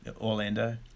Orlando